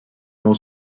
nor